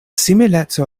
simileco